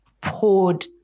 poured